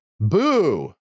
Boo